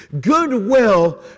goodwill